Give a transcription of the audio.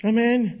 Amen